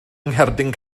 ngherdyn